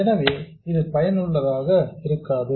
எனவே இது பயனுள்ளதாக இருக்காது